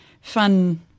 fun